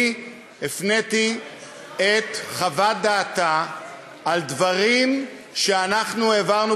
אני הפניתי את חוות דעתה על דברים שאנחנו העברנו